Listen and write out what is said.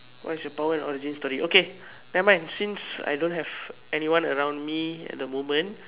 what is your power and origin story okay nevermind since I don't have anyone around me at the moment